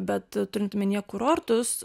bet turint omenyje kurortus